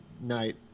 night